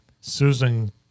Susan